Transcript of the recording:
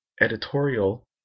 editorial